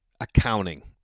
accounting